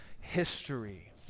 history